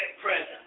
present